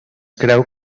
creu